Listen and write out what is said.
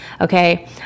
Okay